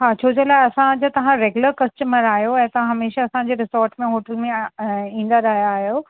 हा छो जे लाइ असांजा तव्हां रेग्युलर कस्टमर आहियो ऐं तव्हां हमेशह असांजे रिजॉट में होटल में ईंदा रहिया आहियो